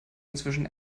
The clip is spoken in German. inzwischen